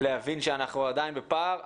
להבין שאנחנו עדיין בפער.